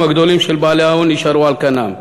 הגדולים של בעלי ההון נשארו על כנם,